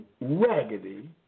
raggedy